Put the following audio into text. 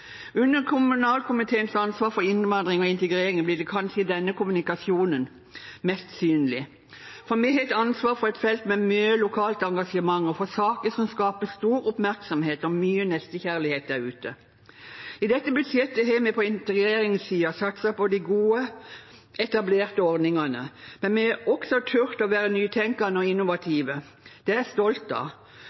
Under kommunalkomiteens ansvar for innvandring og integrering blir kanskje denne kommunikasjonen mest synlig, for vi har et ansvar for et felt med mye lokalt engasjement og saker som skaper stor oppmerksomhet og mye nestekjærlighet der ute. I dette budsjettet har vi på integreringssiden satset på de gode, etablerte ordningene, men vi har også turt å være nytenkende og innovative. Det er jeg stolt av.